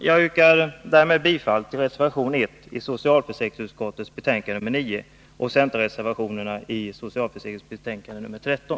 Jag yrkar bifall till reservation 1 i socialförsäkringsutskottets betänkande nr 9 och till centerreservationerna i socialförsäkringsutskottets betänkande nr 13.